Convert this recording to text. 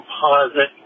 composite